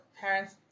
parents